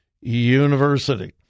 University